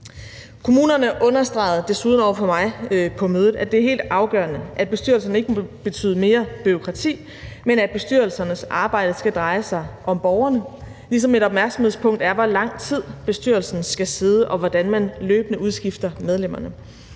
Kommunerne understregede desuden over for mig på mødet, at det er helt afgørende, at bestyrelserne ikke må betyde mere bureaukrati, men at bestyrelsernes arbejde skal dreje sig om borgerne, ligesom et opmærksomhedspunkt er, hvor lang tid bestyrelserne skal sidde, og hvordan man løbende udskifter medlemmerne.